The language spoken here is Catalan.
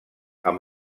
amb